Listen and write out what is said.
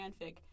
fanfic